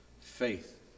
faith